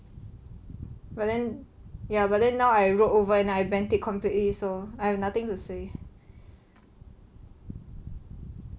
but then ya but then now I rolled over and I bent it completely so I have nothing to say